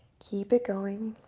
keep it going.